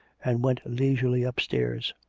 and went leisurely upstairs.